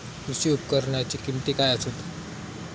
कृषी उपकरणाची किमती काय आसत?